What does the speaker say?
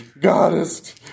goddess